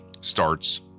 starts